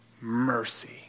Mercy